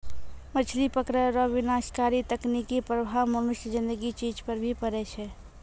मछली पकड़ै रो विनाशकारी तकनीकी प्रभाव मनुष्य ज़िन्दगी चीज पर भी पड़ै छै